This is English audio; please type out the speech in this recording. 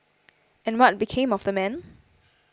and what became of the man